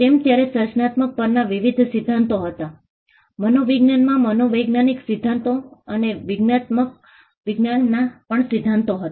તેમ ત્યારે સર્જનાત્મકતા પરના વિવિધ સિદ્ધાંતો હતા મનોવિજ્ઞાન માં મનોવૈજ્ઞાનિક સિદ્ધાંતો અને વિજ્ઞાનાત્મક વિજ્ઞાનમાં પણ સિદ્ધાંતો હતા